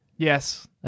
Yes